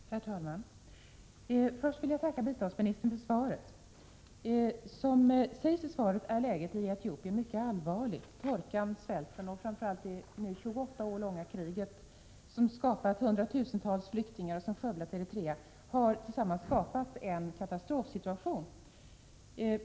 Herr talman! Först vill jag tacka biståndsministern för svaret. Som det sägs i svaret är läget i Etiopien mycket allvarligt. Torkan, svälten och framför allt det nu 28 år långa kriget, som ju skapat hundratusentals flyktingar och skövlat Eritrea, har orsakat en katastrofsituation.